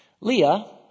Leah